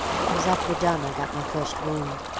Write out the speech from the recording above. it was at verdun i got my first wound.